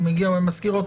אני מזכיר שוב